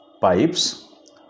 pipes